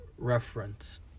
Reference